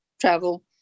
travel